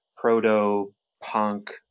proto-punk